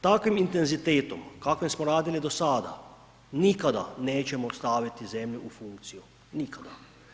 Takvim intenzitetom kakvim smo radili do sada nikada nećemo staviti zemlju u funkciju, nikada.